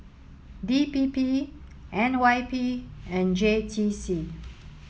D P P N Y P and J T C